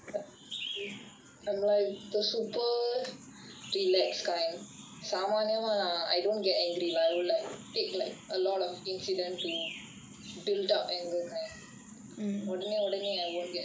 err I am like the super relax kind சாமானியமா:saamaaniyamaa I don't get angry like I will like take a lot of incident to build up anger kind உடனே உடனே:udanae udanae I won't get angry